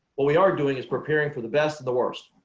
what we are doing is preparing for the best of the worst.